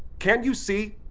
can't you see